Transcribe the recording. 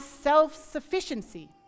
self-sufficiency